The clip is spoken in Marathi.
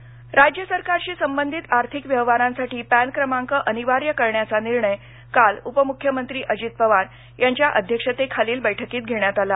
अजित पवार राज्य सरकारशी संबंधित आर्थिक व्यवहारांसाठी पॅन क्रमांक अनिवार्य करण्याचा निर्णय काल उपमुख्यमंत्री अजित पवार यांच्या अध्यक्षतेखालील बैठकीत घेण्यात आला